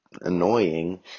Annoying